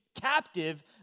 captive